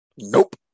Nope